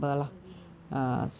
early november